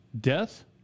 Death